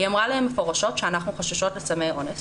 היא אמרה להם מפורשות שאנו חוששות לסמי אונס